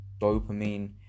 dopamine